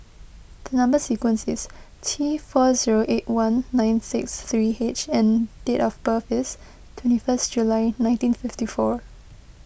Number Sequence is T four zero eight one nine six three H and date of birth is twenty first July nineteen fifty four